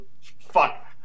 Fuck